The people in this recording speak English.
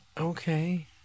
Okay